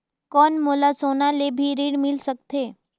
कौन मोला सोना ले भी ऋण मिल सकथे?